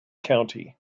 county